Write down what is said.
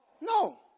No